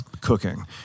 cooking